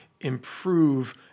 improve